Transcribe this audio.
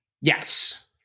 Yes